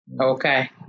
Okay